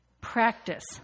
Practice